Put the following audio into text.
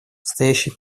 стоящие